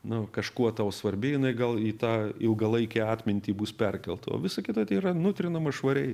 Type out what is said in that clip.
na kažkuo tau svarbi jinai gal į tą ilgalaikę atmintį bus perkelta o visa kita tai yra nutrinama švariai